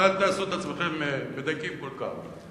ואל תעשו את עצמכם מדייקים כל כך.